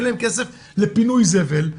אין להם כסף לפינוי זבל,